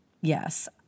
Yes